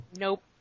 Nope